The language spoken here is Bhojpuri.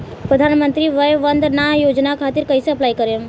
प्रधानमंत्री वय वन्द ना योजना खातिर कइसे अप्लाई करेम?